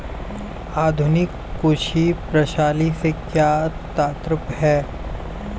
आधुनिक कृषि प्रणाली से क्या तात्पर्य है?